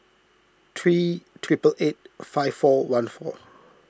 three treble eight five four one four